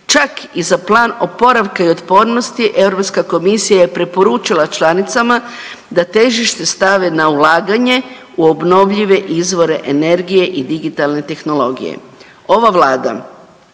Čak i za Plan oporavka i otpornosti EU komisija je preporučila članicama da težište stave na ulaganje u obnovljive izvore energije i digitalne tehnologije. Ova Vlada